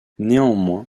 néanmoins